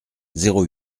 zéro